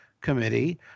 Committee